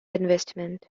investment